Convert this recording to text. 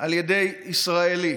על ידי ישראלי.